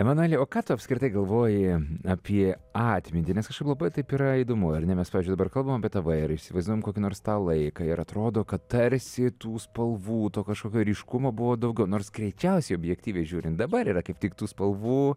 emanueli o ką tu apskritai galvoji apie atmintį nes kažkaip labai taip yra įdomu ar ne mes dabar kalbam apie tavo ir įsivaizduojam kokį nors tą laiką ir atrodo kad tarsi tų spalvų to kažkokio ryškumo buvo daugiau nors greičiausiai objektyviai žiūrint dabar yra kaip tik tų spalvų